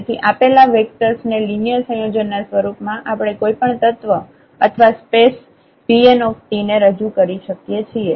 તેથી આપેલા વેક્ટર્સ ને લિનિયર સંયોજનના સ્વરૂપમાં આપણે કોઈપણ તત્વ અથવા સ્પેસ Pnt ને રજુ કરી શકીએ છીએ